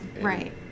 Right